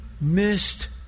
missed